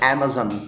Amazon